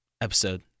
episode